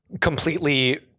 completely